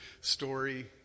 story